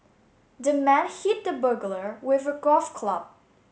the man hit the burglar with a golf club